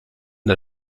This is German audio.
der